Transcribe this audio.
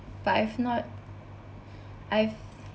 but I've not I've